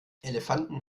elefanten